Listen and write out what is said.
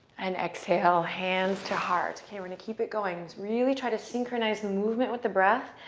and exhale, hands to heart. here we're going to keep it going. really try to synchronize the movement with the breath,